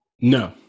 No